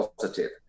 positive